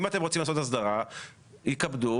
אם אתם רוצים לעשות הסדרה כזאת תתכבדו